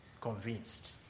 convinced